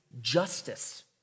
justice